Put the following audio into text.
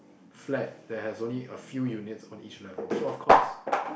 flat that has only a few units on each level so of course